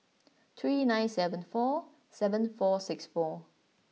three nine seven four seven four six four